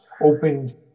opened